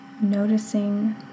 noticing